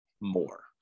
more